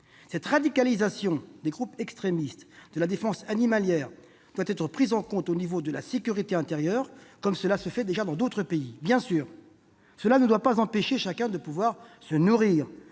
Cette radicalisation de groupes extrémistes de la défense animalière doit être prise en compte à l'échelon de la sécurité intérieure, comme c'est déjà le cas dans d'autres pays. Bien sûr, cela ne doit pas empêcher chacun de pouvoir se nourrir